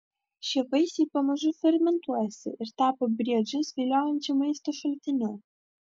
šie vaisiai pamažu fermentuojasi ir tapo briedžius viliojančiu maisto šaltiniu